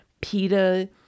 pita